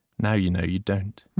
now you know you don't.